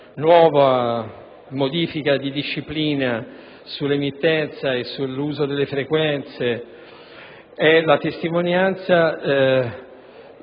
nuova modifica della disciplina sull'emittenza e sull'uso delle frequenze, è la testimonianza,